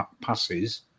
passes